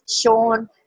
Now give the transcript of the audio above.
Sean